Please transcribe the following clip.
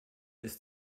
ist